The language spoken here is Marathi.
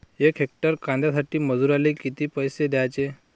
यक हेक्टर कांद्यासाठी मजूराले किती पैसे द्याचे?